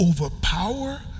overpower